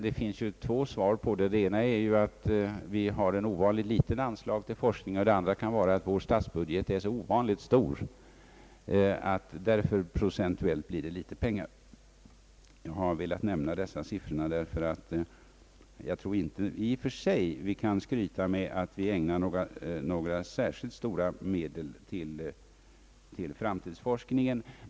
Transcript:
Det finns två förklaringar, den ena är att vi har ovanligt små anslag till forskning, men den andra att vår statsbudget är ovanligt stor och att det därför inte blir så många procent. Jag har dock velat nämna dessa siffror, ty jag tror inte vi i och för sig kan skryta med att vi använder särskilt stora medel till forskning.